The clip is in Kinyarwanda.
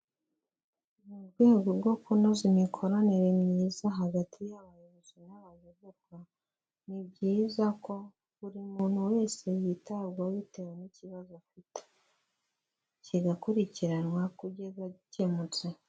Mu rwego rwo kunoza imikoranire myiza hagati y'abayobozi n'abayoborwa, ni byiza ko buri muntu wese yitabwaho bitewe n'ikibazo afite. Kigakurikiranwa kugeza gikemutse.